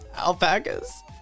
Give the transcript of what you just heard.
alpacas